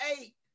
eight